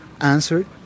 answered